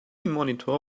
monitor